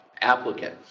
applicant